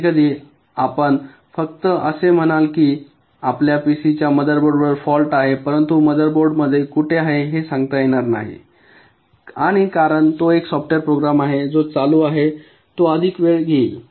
कधीकधी आपण फक्त असे म्हणाल की आपल्या पीसीच्या मदर बोर्डवर फॉल्ट आहे परंतु मदर बोर्डमध्ये कुठे हे सांगता येणार नाही आणि कारण तो एक सॉफ्टवेअर प्रोग्राम आहे जो चालू आहे तो अधिक वेळ घेईल